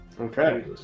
Okay